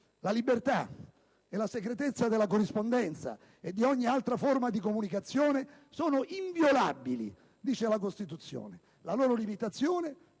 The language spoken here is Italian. «La libertà e la segretezza della corrispondenza e di ogni altra forma di comunicazione sono inviolabili. La loro limitazione